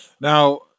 Now